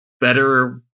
better